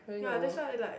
ya that's why I like